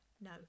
No